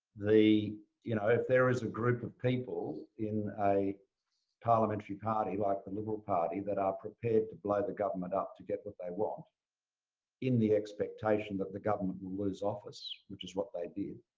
you know if there is a group of people in a parliamentary party, like the liberal party, that are prepared to blow the government up to get what they want in the expectation that the government will lose office, which is what they did,